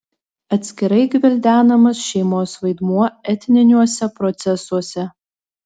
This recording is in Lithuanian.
atskirai gvildenamas šeimos vaidmuo etniniuose procesuose